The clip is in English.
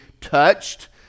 touched